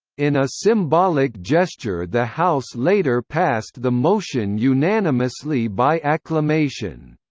in a symbolic gesture the house later passed the motion unanimously by acclamation.